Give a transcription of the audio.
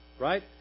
right